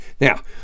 Now